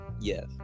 Yes